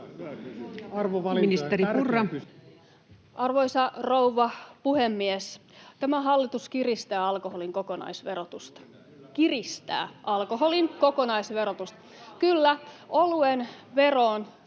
Arvoisa rouva puhemies! Tämä hallitus kiristää alkoholin kokonaisverotusta — kiristää alkoholin kokonaisverotusta. [Välihuutoja